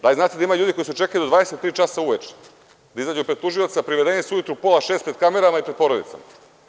Da li znate da ima ljudi koji su čekali do 23,00 časa uveče da izađu pred tužioca, a privedeni su ujutru u pola šest pred kamerama i pred porodicom.